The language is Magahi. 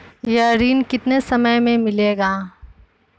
यह ऋण कितने समय मे मिलेगा?